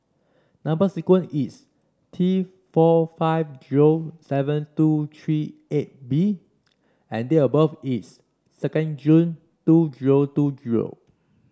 number sequence is T four five zero seven two three eight B and date of birth is second June two zero two zero